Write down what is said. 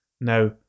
Now